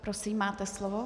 Prosím, máte slovo.